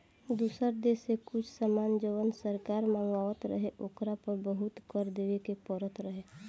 दुसर देश से कुछ सामान जवन सरकार मँगवात रहे ओकरा पर बहुते कर देबे के परत रहे